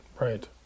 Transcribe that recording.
Right